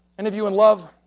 and of you in love?